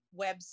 website